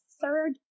third